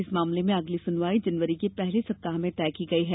इस मामले में अगली सुनवाई जनवरी के पहले सप्ताह में तय की गई है